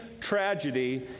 Tragedy